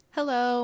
Hello